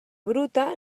bruta